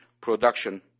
production